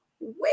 wait